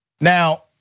Now